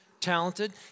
Talented